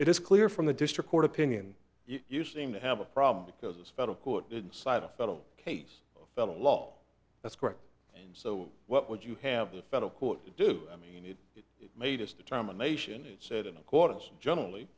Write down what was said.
it is clear from the district court opinion you seem to have a problem because this federal court didn't cite a federal case of federal law that's correct and so what would you have the federal court to do i mean it made its determination it said in accordance generally